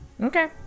Okay